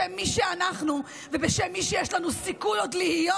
בשם מי שאנחנו ובשם מי שעוד יש לנו סיכוי להיות,